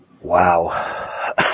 Wow